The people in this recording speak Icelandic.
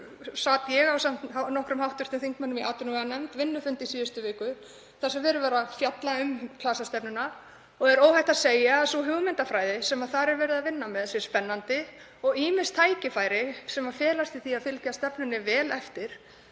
sat ég ásamt nokkrum hv. þingmönnum í atvinnuveganefnd vinnufund í síðustu viku þar sem verið var að fjalla um klasastefnuna. Er óhætt að segja að sú hugmyndafræði sem þar er verið að vinna með sé spennandi og ýmis tækifæri sem felast í því að fylgja stefnunni vel eftir,